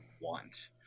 want